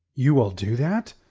you will do that!